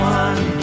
one